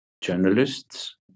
journalists